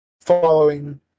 following